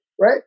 right